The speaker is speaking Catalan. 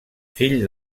fill